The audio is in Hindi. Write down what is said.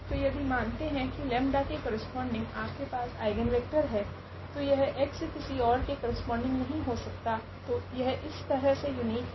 तो यदि मानते है की लेम्डा 𝜆 के करस्पोंडिंग आपके पास आइगनवेक्टर है तो यह x किसी ओर के करस्पोंडिंग नहीं हो सकता तो यह इस तरह से युनीक है